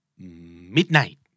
Midnight